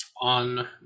on